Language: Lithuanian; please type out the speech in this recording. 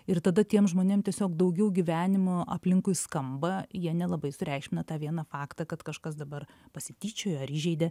ir tada tiem žmonėm tiesiog daugiau gyvenimo aplinkui skamba jie nelabai sureikšmina tą vieną faktą kad kažkas dabar pasityčiojo ar įžeidė